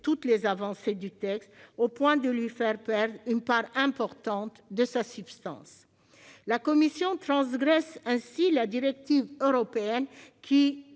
toutes les avancées du texte, au point de lui faire perdre une part importante de sa substance. La commission transgresse ainsi la directive européenne, qui